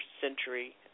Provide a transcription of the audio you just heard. century